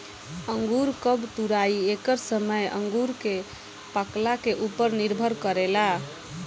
अंगूर कब तुराई एकर समय अंगूर के पाकला के उपर निर्भर करेला